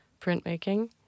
printmaking